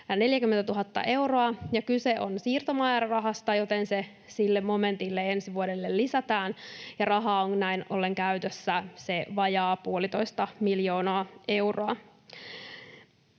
440 000 euroa, ja kyse on siirtomäärärahasta, joten se sille momentille ensi vuodelle lisätään, ja rahaa on näin ollen käytössä se vajaa puolitoista miljoonaa euroa.